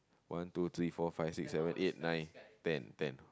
one two three four five six seven eight nine ten ten